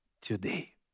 today